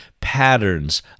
patterns